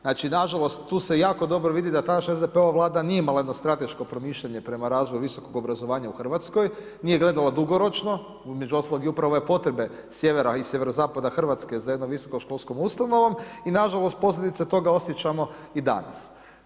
Znači nažalost, tu se jako dobro vidi da tadašnja SDP-ova Vlada nije imala jedno strateško promišljanje prema razvoju visokog obrazovanja u RH, nije gledala dugoročno, između ostalog, upravo i ove potrebe sjevera i sjeverozapada Hrvatska za jednom visokom školskom ustanovom i nažalost, posljedice toga osjećamo i danas.